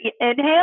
inhale